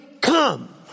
come